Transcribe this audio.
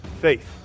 Faith